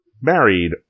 married